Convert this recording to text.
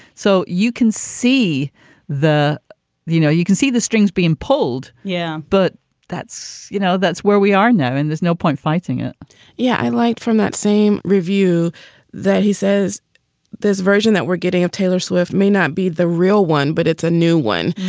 so you can see the you know, you can see the strings being pulled. yeah, but that's you know, that's where we are now and there's no point fighting it yeah, i liked from that same review that he says this version that we're getting of taylor swift may not be the real one, but it's a new one.